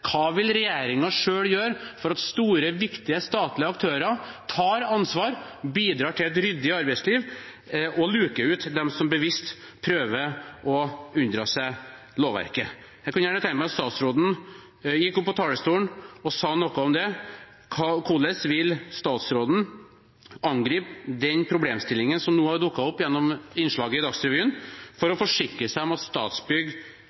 Hva vil regjeringen selv gjøre slik at store, viktige statlige aktører tar ansvar, bidrar til et ryddig arbeidsliv og luker ut dem som bevisst prøver å unndra seg lovverket? Jeg kunne gjerne tenke meg at statsråden gikk opp på talerstolen og sa noe om det – hvordan vil statsråden angripe den problemstillingen som nå har dukket opp gjennom innslaget i Dagsrevyen, for å forsikre seg om at Statsbygg